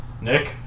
Nick